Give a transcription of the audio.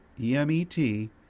E-M-E-T